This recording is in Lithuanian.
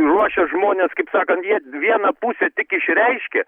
ruošia žmones kaip sakant jie vieną pusę tik išreiškia